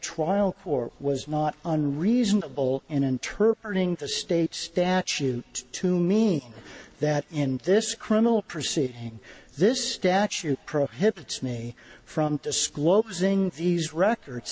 trial or was not on reasonable and interring the state statute to me that in this criminal proceeding this statute prohibits me from disclosing these records